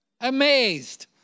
amazed